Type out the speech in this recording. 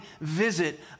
visit